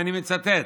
ואני מצטט,